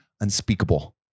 unspeakable